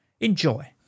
Enjoy